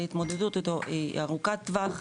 ההתמודדות איתו היא ארוכת טווח,